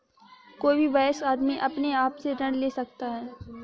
कोई भी वयस्क आदमी अपने आप से ऋण ले सकता है